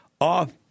off